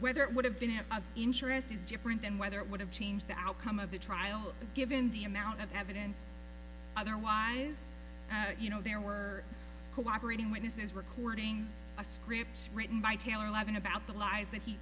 whether it would have been had a interest is different than whether it would have changed the outcome of the trial given the amount of evidence otherwise you know there were cooperating witnesses recordings of scripts written by taylor levin about the lies that he